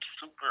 Super